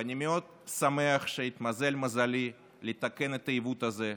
ואני מאוד שמח שהתמזל מזלי לתקן את העיוות הזה,